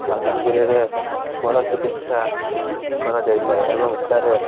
ମାଲକାନଗିରିରେ ଭଲ ଚିକିତ୍ସା କରାଯାଇଥାଏ ଏବଂ ସେଠାରେ